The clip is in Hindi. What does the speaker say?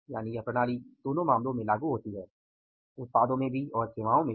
यानि यह प्रणाली दोनों मामलों में लागू होती है उत्पादों में भी और सेवाओं में भी